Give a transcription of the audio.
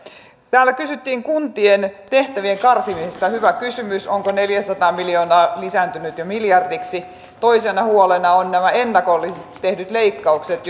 täällä kysyttiin kuntien tehtävien karsimisesta ja on hyvä kysymys onko neljäsataa miljoonaa lisääntynyt jo miljardiksi toisena huolena ovat nämä ennakollisesti tehdyt leikkaukset